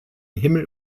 himmel